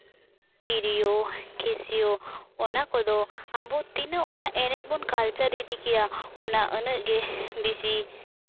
ᱛᱤᱨᱤᱭᱳ ᱠᱮᱥᱤᱭᱳ ᱚᱱᱟ ᱠᱚᱫᱚ ᱟᱵᱚ ᱛᱤᱱᱟᱹᱜ ᱚᱱᱟ ᱮᱱᱮᱡ ᱵᱚᱱ ᱠᱟᱞᱪᱟᱨ ᱤᱫᱤ ᱠᱮᱭᱟ ᱚᱱᱟ ᱤᱱᱟᱹᱜ ᱜᱮ ᱵᱤᱥᱤ